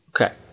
okay